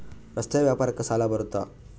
ರಸ್ತೆ ವ್ಯಾಪಾರಕ್ಕ ಸಾಲ ಬರುತ್ತಾ?